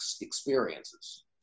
experiences